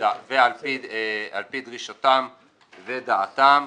ועל-פי דרישתם ודעתם.